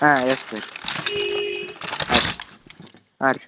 ಹಾಂ yes sir ಆಯ್ತು ಹಾಂ ರೀ